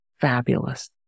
fabulous